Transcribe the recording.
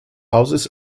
houses